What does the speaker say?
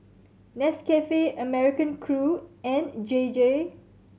Nescafe American Crew and J J